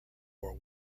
war